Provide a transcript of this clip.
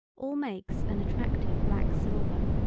all makes an attractive black silver.